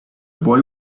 boy